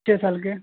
چھ سال کے